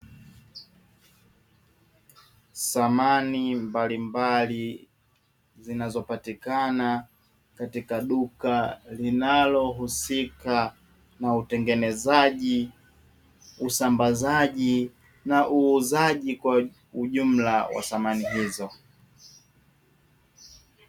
Samani mbalimbali zinazopatikana katika duka linalohusika na: utengenezaji, usambazaji na uuzaji kwa ujumla wa samani hizo.